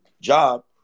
job